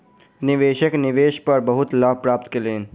निवेशक निवेश पर बहुत लाभ प्राप्त केलैथ